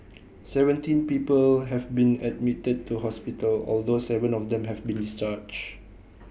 seventeen people have been admitted to hospital although Seven of them have been discharged